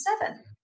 seven